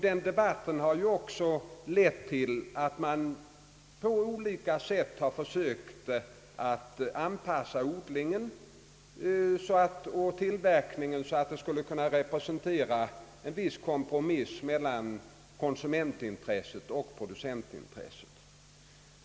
Den debatten har också lett till att man på olika sätt har försökt att anpassa odlingen och tillverkningen så, att produktionen skall kunna representera en viss kompromiss mellan konsumentintresset och producentintresset.